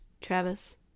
Travis